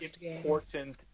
important